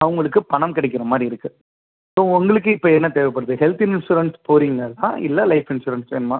அவங்களுக்கு பணம் கிடைக்கிற மாதிரி இருக்குது ஸோ உங்களுக்கு இப்போ என்ன தேவைப்படுது ஹெல்த் இன்ஷுரன்ஸ் போகிறிங்களா இல்லை லைஃப் இன்ஷுரன்ஸ் வேணுமா